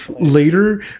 Later